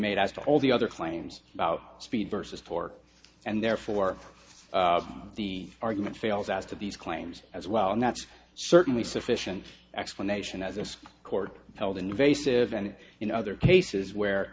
made as to all the other claims about speed versus four and therefore the argument fails asked of these claims as well and that's certainly sufficient explanation as this court held invasive and in other cases where